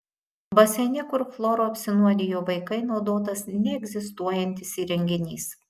baseine kur chloru apsinuodijo vaikai naudotas neegzistuojantis įrenginys